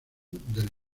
del